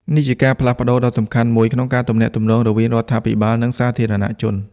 នេះជាការផ្លាស់ប្ដូរដ៏សំខាន់មួយក្នុងការទំនាក់ទំនងរវាងរដ្ឋាភិបាល និងសាធារណជន។